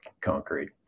concrete